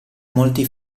molti